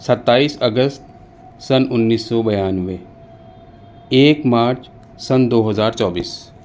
ستائیس اگست سن انیس سو بیانوے ایک مارچ سن دو ہزار چوبیس